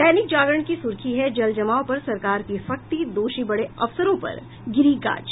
दैनिक जागरण की सुर्खी है जल जमाव पर सरकार की सख्ती दोषी बड़े अफसरों पर गिरी गाज